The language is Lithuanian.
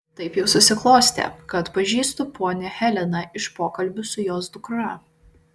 taip jau susiklostė kad pažįstu ponią heleną iš pokalbių su jos dukra